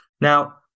Now